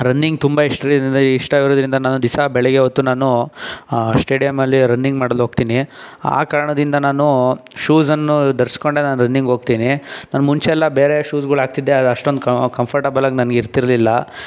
running ತುಂಬ ಇಷ್ಟ ಇಷ್ಟ ಇರೋದ್ರಿಂದ ನಾನು ದಿವಸ ಬೆಳಿಗ್ಗೆ ಹೊತ್ತು ನಾನು ಸ್ಟೇಡಿಯಮ್ಮಲ್ಲಿ ರನ್ನಿಂಗ್ ಮಾಡಲು ಹೋಗ್ತೀನಿ ಆ ಕಾರಣದಿಂದ ನಾನು ಶೂಸನ್ನು ಧರಿಸಿಕೊಂಡೇ ನಾನು ರನ್ನಿಂಗ್ ಹೋಗ್ತೀನಿ ನಾನು ಮುಂಚೆಯಲ್ಲ ಬೇರೆ ಶೂಸ್ಗಳಾಕ್ತಿದ್ದೆ ಅದು ಅಷ್ಟೊಂದು ಕ ಕಂಫರ್ಟೆಬಲಾಗಿ ನನಗೆ ಇರ್ತಿರ್ಲಿಲ್ಲ